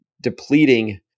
depleting